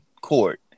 court